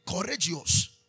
courageous